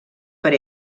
per